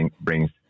brings